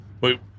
Wait